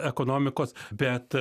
ekonomikos bet